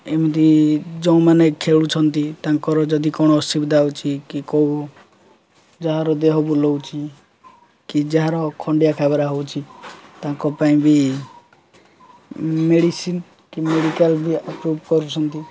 ଏମିତି ଯେଉଁମାନେ ଖେଳୁଛନ୍ତି ତାଙ୍କର ଯଦି କ'ଣ ଅସୁବିଧା ହେଉଛି କି କେଉଁ ଯାହାର ଦେହ ବୁଲଉଛି କି ଯାହାର ଖଣ୍ଡିଆ ଖାବରା ହେଉଛି ତାଙ୍କ ପାଇଁ ବି ମେଡ଼ିସିନ୍ କି ମେଡ଼ିକାଲ୍ ବି ଆପ୍ରୁଭ୍ କରୁଛନ୍ତି